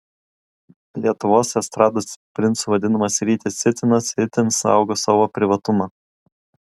lietuvos estrados princu vadinamas rytis cicinas itin saugo savo privatumą